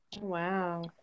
wow